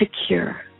secure